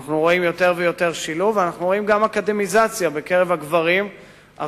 אני מאוד גאה שהחזרנו קצבאות ילדים לילד שני,